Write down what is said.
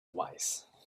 wise